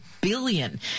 billion